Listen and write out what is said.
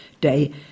day